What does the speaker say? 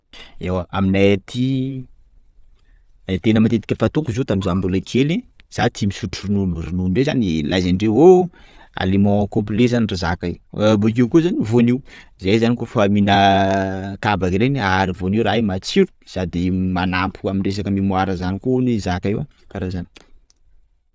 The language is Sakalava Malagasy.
Ewa, aminay aty, e tena matetika fataoko zio taminy zah mbola kely, zah tia misotro ronono, ronono io lazaindreo oh, aliments complet zany ndro zaka io, bokeo koa zany voanio, zay zany koafa mihina kabaka reny aharo voanio raha io, matsiro, sady manampy aminy resaka memoire zany koa hono zaka io karaha an'izany.